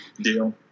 Deal